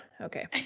Okay